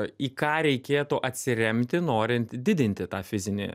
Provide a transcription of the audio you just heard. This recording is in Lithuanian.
į ką reikėtų atsiremti norint didinti tą fizinį